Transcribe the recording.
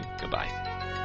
Goodbye